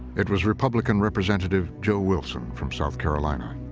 it was republican representative joe wilson from south carolina.